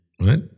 right